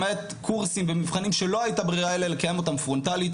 למעט קורסים ומבחנים שלא הייתה ברירה אלא לקיים אותם פרונטלית.